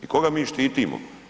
I koga mi štitimo?